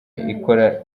ikora